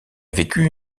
vécu